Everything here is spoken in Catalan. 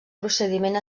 procediment